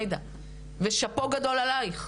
עאידה ושאפו גדול עלייך,